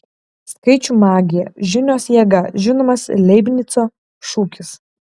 skaičių magija žinios jėga žinomas leibnico šūkis